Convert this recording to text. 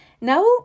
Now